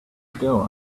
ago